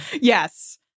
Yes